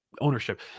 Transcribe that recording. ownership